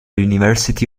university